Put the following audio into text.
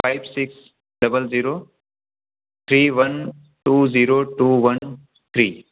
five six double zero three one two zero two one three